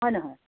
হয় নহয়